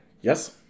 Yes